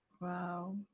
Wow